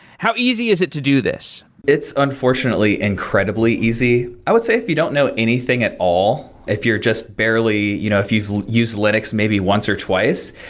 how easy is it to do this? it's unfortunately incredibly easy. i would say if you don't know anything at all, if you're just barely, you know if you've used linux maybe once or twice,